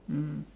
mm